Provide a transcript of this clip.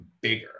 bigger